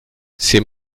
c’est